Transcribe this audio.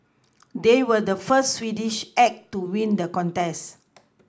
they were the first Swedish act to win the contest